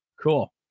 Cool